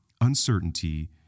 uncertainty